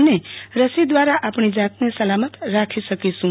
અને રસી દ્વારા આપણી જાતને સલામત રાખી શકીશું